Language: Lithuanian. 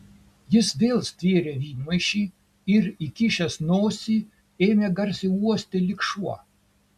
jis vėl stvėrė vynmaišį ir įkišęs nosį ėmė garsiai uosti lyg šuo